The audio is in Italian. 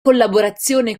collaborazione